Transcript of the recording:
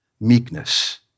Meekness